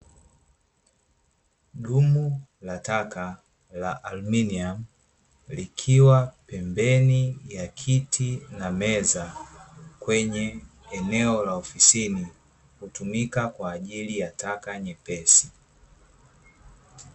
Dumu la taka la aluminiamu, likiwa pembeni ya kiti na meza, kwenye eneo la ofisini, hutumika kwa ajili ya taka nyepesi.